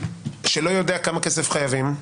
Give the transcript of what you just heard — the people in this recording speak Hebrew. שלא יודע כמה כסף חייבים,